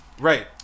right